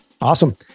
Awesome